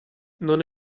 non